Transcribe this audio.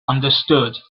understood